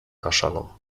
kaszaną